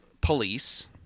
police